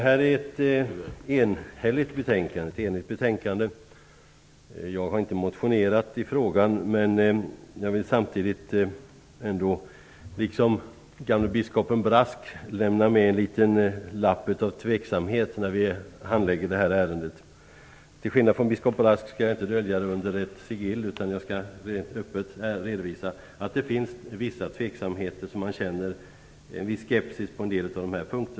Herr talman! Detta är ett enigt betänkande. Jag har inte motionerat i frågan. Men jag vill ändå liksom gamle biskopen Brask lämna med en liten lapp av tveksamhet när vi handlägger detta ärende. Till skillnad från biskop Brask skall jag inte dölja den under ett sigill utan öppet redovisa att det finns vissa tveksamheter. Jag känner en viss skepsis på en del av dessa punkter.